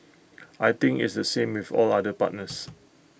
I think it's the same with all other partners